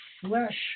flesh